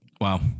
Wow